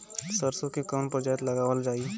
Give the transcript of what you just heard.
सरसो की कवन प्रजाति लगावल जाई?